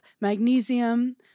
magnesium